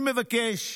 אני מבקש,